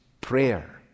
Prayer